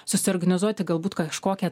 susiorganizuoti galbūt kažkokią